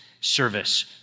service